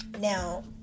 now